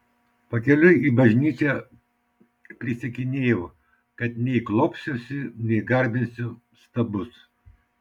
pakeliui į bažnyčią prisiekinėjau kad nei klaupsiuosi nei garbinsiu stabus